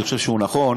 אני חושב שהוא נכון.